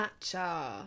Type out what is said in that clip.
matcha